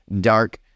dark